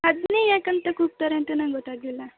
ಅದನ್ನೇ ಯಾಕಂತ ಕೂಗ್ತಾರೆ ಅಂತ ನಂಗೆ ಗೊತ್ತಾಗಲಿಲ್ಲ